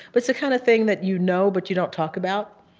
but it's the kind of thing that you know but you don't talk about.